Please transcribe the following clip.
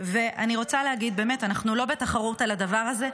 ------- ואני רוצה להגיד שאנחנו לא בתחרות על הדבר הזה.